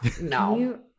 no